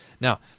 Now